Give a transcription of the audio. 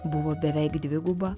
buvo beveik dviguba